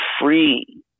free